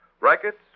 rackets